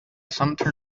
sumpter